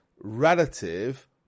relative